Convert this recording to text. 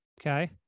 Okay